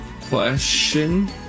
question